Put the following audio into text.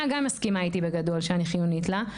גם מסכימה איתי בגדול שאני חיונית לה.